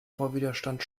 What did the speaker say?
vorwiderstand